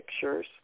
pictures